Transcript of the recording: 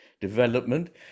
development